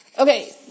Okay